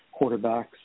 quarterbacks